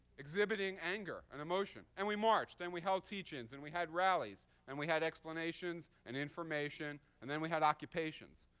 exhibiting anger and emotion. and we marched, and we held teach-ins, and we had rallies, and we had explanations and information, and then we had occupations.